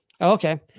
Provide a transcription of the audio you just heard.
okay